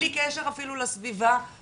בלי קשר אפילו לסביבה,